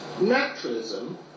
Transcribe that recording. Naturalism